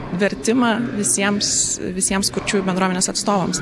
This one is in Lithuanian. vertimą visiems visiems kurčiųjų bendruomenės atstovams